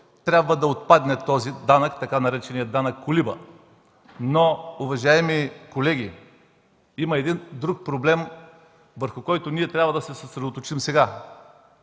трябва да отпадне така наречения „данък колиба”. Уважаеми колеги, има друг проблем, върху който трябва да се съсредоточим сега.